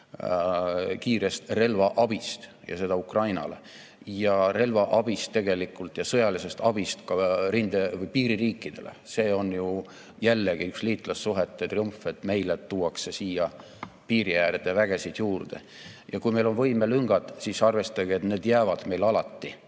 kiirest relvaabist Ukrainale ja relvaabist tegelikult, ja sõjalisest abist, piiririikidele. See on ju jällegi üks liitlassuhete triumf, et meile tuuakse siia piiri äärde vägesid juurde. Ja kui meil on võimelüngad, siis arvestage, et need jäävad meil alati